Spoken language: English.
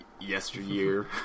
yesteryear